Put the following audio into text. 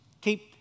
Keep